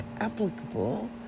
applicable